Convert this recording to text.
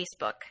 Facebook